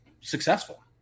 successful